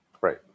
right